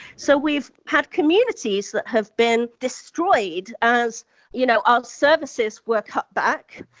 so we've had communities that have been destroyed as you know our services were cut back,